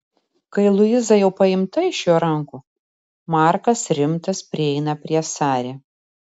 kai luiza jau paimta iš jo rankų markas rimtas prieina prie sari